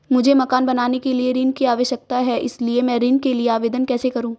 मुझे मकान बनाने के लिए ऋण की आवश्यकता है इसलिए मैं ऋण के लिए आवेदन कैसे करूं?